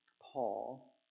Paul